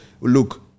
Look